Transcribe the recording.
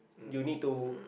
you need to